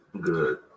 Good